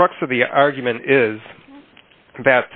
the crux of the argument is that